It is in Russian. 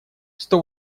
сто